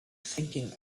thinking